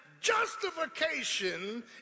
justification